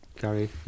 Gary